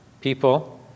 people